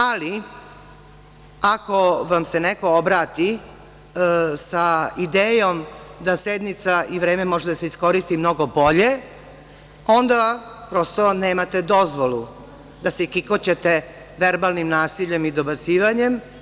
Ako vam se neko obrati sa idejom da sednica i vreme može da se iskoristi mnogo bolje, onda prosto nemate dozvolu da se kikoćete verbalnim nasiljem i dobacivanjem.